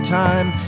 time